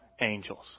angels